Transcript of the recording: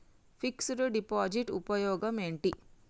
Fix డ్ deposit ఉపయోగం ఏంటి?